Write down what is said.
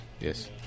Yes